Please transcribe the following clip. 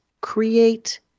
create